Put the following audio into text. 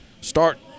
start